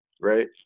right